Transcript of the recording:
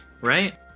Right